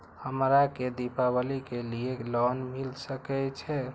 हमरा के दीपावली के लीऐ लोन मिल सके छे?